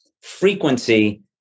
frequency